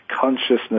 consciousness